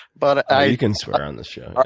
but ah you can swear on this show.